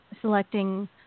selecting